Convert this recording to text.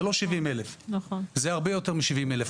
זה לא 70,000, זה הרבה יותר מ-70,000.